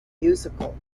musical